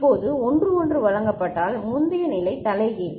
இப்போது 1 1 வழங்கப்பட்டால் முந்தைய நிலை தலைகீழ்